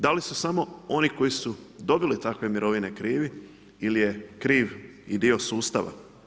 Da li su samo oni koji su dobili takve mirovine krivi ili je kriv i dio sustava?